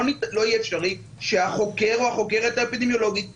יהיה אפשרי שהחוקר או החוקרת האפידמיולוגית מיד,